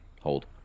hold